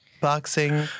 Boxing